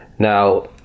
Now